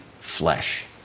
flesh